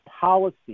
policy